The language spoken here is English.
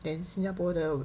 then 新加坡的